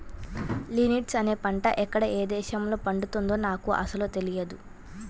linseed అనే పంట ఎక్కడ ఏ దేశంలో పండుతుందో నాకు అసలు తెలియదు